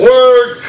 Word